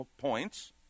points